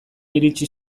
iritsi